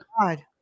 God